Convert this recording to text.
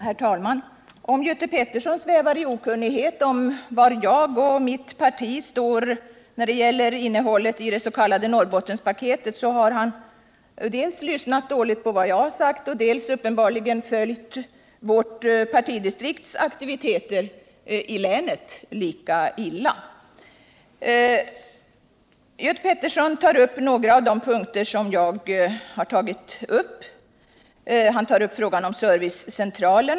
Herr talman! Om Göte Pettersson svävar i okunnighet om var jag och mitt parti står när det gäller innehållet i det s.k. Norrbottenspaketet har han dels lyssnat dåligt på vad jag har sagt, dels uppenbarligen följt vårt partidistrikts aktiviteter i länet lika dåligt. Göte Pettersson tar upp några av de punkter som jag nämnt, bl.a. frågan om servicecentralen.